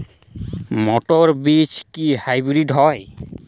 মটর বীজ কি হাইব্রিড হয়?